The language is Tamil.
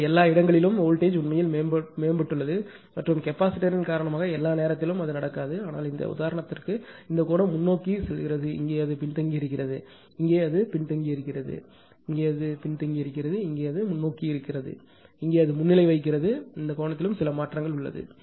எனவே எல்லா இடங்களிலும் வோல்டேஜ்உண்மையில் மேம்பட்டுள்ளது மற்றும் கெபாசிட்டர் யின் காரணமாக எல்லா நேரத்திலும் அது நடக்காது ஆனால் இந்த உதாரணத்திற்கு இந்த கோணம் முன்னோக்கி சென்றது இங்கே அது பின்தங்கியிருந்தது இங்கே அது பின்தங்கியிருக்கிறது இங்கே அது பின்தங்கியிருக்கிறது இங்கே அது முன்னோக்கி இருந்தது இங்கே அது முன்னிலை வகிக்கிறது கோணத்திலும் சில மாற்றம் உள்ளது